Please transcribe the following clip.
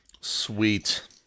Sweet